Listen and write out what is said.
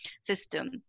system